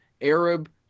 Arab